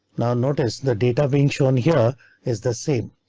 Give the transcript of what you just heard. now notice the data being shown. here is the same.